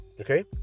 Okay